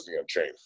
Unchained